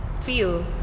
feel